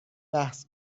بحث